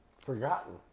Forgotten